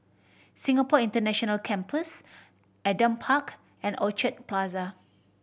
Singapore International Campus Adam Park and Orchard Plaza